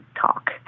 talk